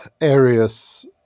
areas